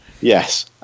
Yes